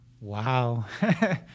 Wow